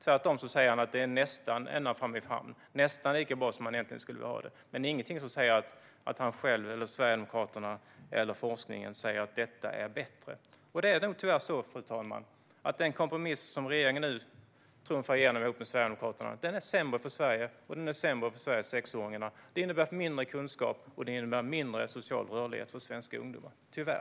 Tvärtom säger han att skeppet nästan är i hamn, alltså att det är nästan lika bra som han skulle vilja ha det. Men varken han själv, Sverigedemokraterna eller forskningen säger att det är bättre. Fru talman! Tyvärr är det nog så att den kompromiss som regeringen trumfar igenom med Sverigedemokraterna är sämre för Sverige och för Sveriges sexåringar. Den innebär tyvärr mindre kunskap och mindre social rörlighet för svenska ungdomar.